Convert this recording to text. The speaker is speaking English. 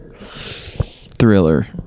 Thriller